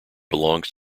belongs